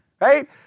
Right